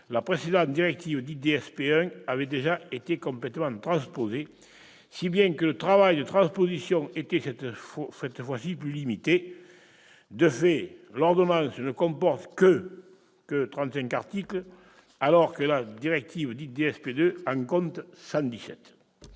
la précédente directive, dite « DSP 1 », avait déjà été complètement transposée, si bien que le travail de transposition était cette fois-ci plus limité. De fait, l'ordonnance ne comporte « que » 35 articles, alors que la directive dite « DSP 2 » en compte 117.